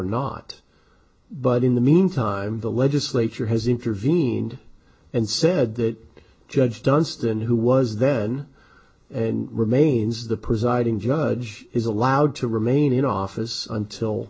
not but in the meantime the legislature has intervened and said that judge dunstan who was then and remains the presiding judge is allowed to remain in office until